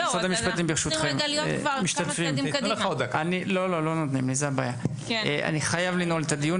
משרד המשפטים, ברשותכם, אני חייב לנעול את הדיון.